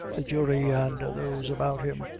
the jury, and those about him.